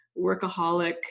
workaholic